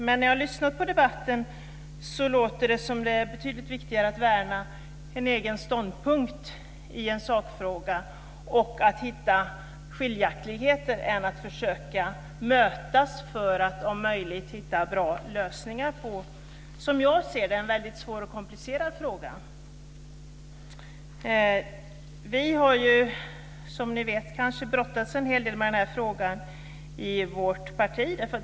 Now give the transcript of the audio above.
Men när jag lyssnar på debatten låter det som att det är betydligt viktigare att värna en egen ståndpunkt i en sakfråga och att hitta skiljaktigheter än att försöka mötas för att om möjligt hitta bra lösningar på en, som jag ser det, väldigt svår och komplicerad fråga. Vi har ju som ni kanske vet brottats en hel del med den här frågan i vårt parti.